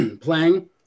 playing